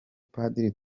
padiri